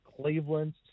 Cleveland